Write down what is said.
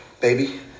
Baby